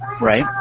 Right